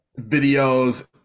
videos